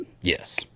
Yes